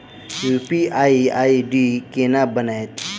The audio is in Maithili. यु.पी.आई आई.डी केना बनतै?